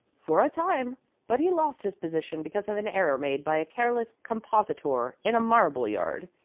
for a time but he lost his position because of an error made by a careless compositor in a marble-yard.